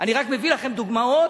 אני רק מביא לכם דוגמאות